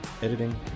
Editing